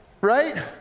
right